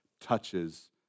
touches